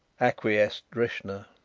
acquiesced drishna.